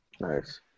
Nice